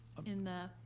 in the,